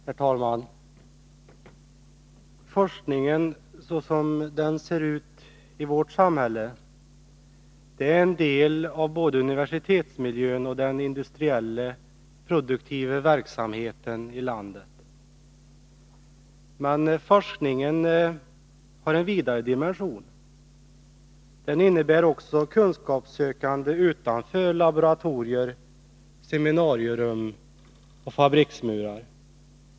Herr talman! Forskningen, som den ser ut i vårt samhälle, är en del av både universitetsmiljön och den industriella, produktiva verksamheten i landet. Men forskningen har en vidare dimension. Den innebär också kunskapssökande utanför laboratorier, seminarierum och fabriksmurar.